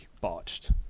botched